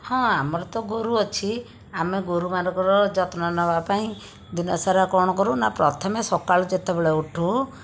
ହଁ ଆମର ତ ଗୋରୁ ଅଛି ଆମେ ଗୋରୁ ମାନଙ୍କର ଯତ୍ନ ନେବା ପାଇଁ ଦିନସାରା କ'ଣ କରୁନା ପ୍ରଥମେ ସକାଳୁ ଯେତେବେଳେ ଉଠୁ